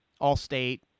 All-State